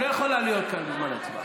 סדרנים, נא להרגיע שם.